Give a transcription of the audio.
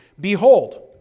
Behold